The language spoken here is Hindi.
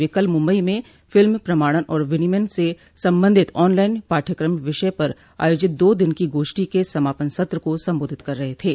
वे कल मुम्बई म फिल्म प्रमाणन और विनियमन से संबंधित ऑनलाइन पाठ्यक्रम विषय पर आयोजित दो दिन की गोष्ठी के समापन सत्र को सम्बोधित कर रहे थे